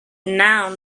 now